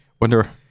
Wonder